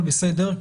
אבל בסדר.